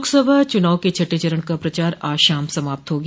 लोकसभा चुनाव के छठें चरण का प्रचार आज शाम समाप्त हो गया